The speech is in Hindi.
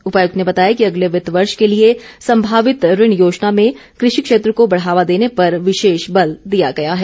उपायुक्त ने बताया कि अगले वित्त वर्ष के लिए संभावित ऋण योजना में कृषि क्षेत्र को बढ़ावा देने पर विशेष बल दिया गया है